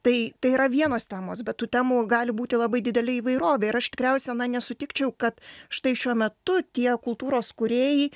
tai tai yra vienos temos bet tų temų gali būti labai didelė įvairovė ir aš tikriausiai na nesutikčiau kad štai šiuo metu tie kultūros kūrėjai